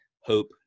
hope